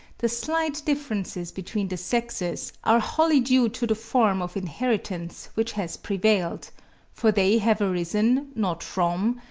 the slight differences between the sexes are wholly due to the form of inheritance which has prevailed for they have arisen, not from,